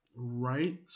Right